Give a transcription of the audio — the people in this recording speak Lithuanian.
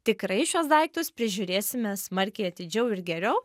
tikrai šiuos daiktus prižiūrėsime smarkiai atidžiau ir geriau